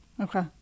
Okay